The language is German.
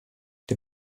der